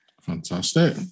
fantastic